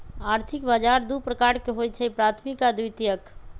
आर्थिक बजार दू प्रकार के होइ छइ प्राथमिक आऽ द्वितीयक